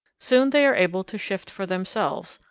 soon they are able to shift for themselves,